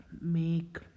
make